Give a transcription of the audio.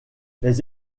les